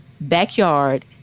backyard